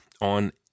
on